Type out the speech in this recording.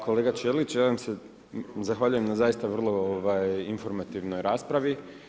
Kolega Ćelić ja vam se zahvaljujem na zaista vrlo informativnoj raspravi.